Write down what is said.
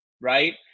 right